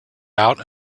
out